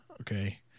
Okay